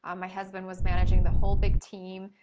um my husband was managing the whole big team.